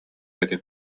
этим